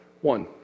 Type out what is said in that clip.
One